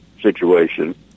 situation